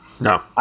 No